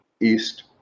east